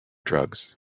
drugs